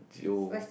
jail